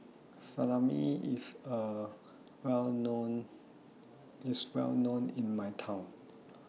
Salami IS Well known in My Hometown